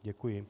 Děkuji.